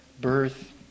birth